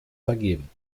vergeben